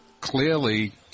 clearly